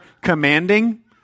commanding